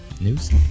news